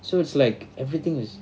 so it's like everything is